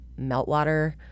Meltwater